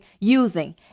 using